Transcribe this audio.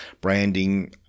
branding